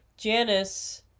Janice